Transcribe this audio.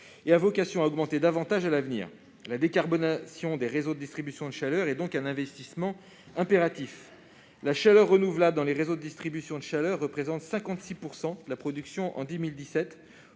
elle a vocation à augmenter davantage à l'avenir. La décarbonation des réseaux de distribution de chaleur est donc un investissement impératif. La chaleur renouvelable dans les réseaux de distribution de chaleur représente 56 % de la production en 2017.